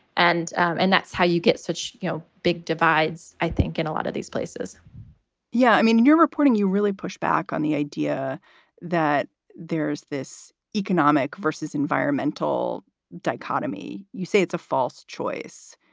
and and that's how you get such, you know, big divides. i think in a lot of these places yeah. i mean, your reporting, you really push back on the idea that there's this economic versus environmental dichotomy. you say it's a false choice.